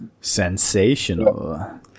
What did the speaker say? Sensational